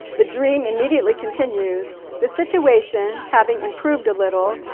the dream immediately continues the situation having improved a little,